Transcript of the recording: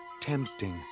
tempting